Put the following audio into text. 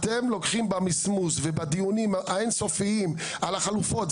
אתם לוקחים במסמוס ובדיונים האין סופיים על החלופות,